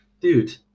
dude